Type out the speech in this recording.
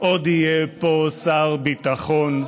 עוד יהיה פה שר ביטחון.